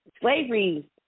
Slavery